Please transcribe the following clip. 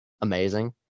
amazing